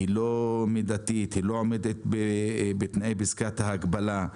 לא מדתית, לא עומדת בתנאי פסקת ההגבלה.